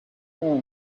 mark